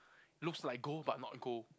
looks like gold but not gold